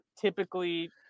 typically